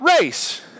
race